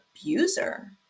abuser